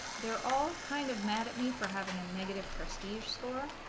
they're all kind of mad at me for having a negative prestige score